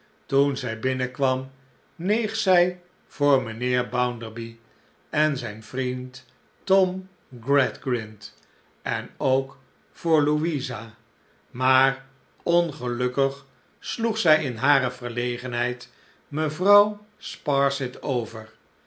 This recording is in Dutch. toen zij binnenkwam neeg zij voor mijnheer bounderby en zijn vriend tom gradgrind en ook voor louisa maar ongelukkig sloeg zij in hare verlegenheid mevrouw sparsit over